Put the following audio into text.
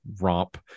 romp